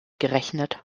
gerechnet